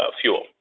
fuel